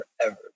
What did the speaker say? forever